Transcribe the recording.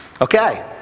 Okay